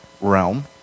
realm